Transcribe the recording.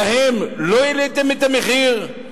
להם לא העליתם את המחיר,